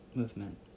movement